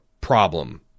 Problem